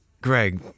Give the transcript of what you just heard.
Greg